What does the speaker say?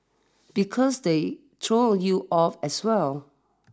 because they throws you off as well